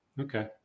Okay